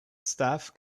staff